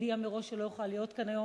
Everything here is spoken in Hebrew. שהודיע מראש שלא יוכל להיות כאן היום.